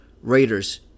Raiders